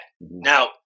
Now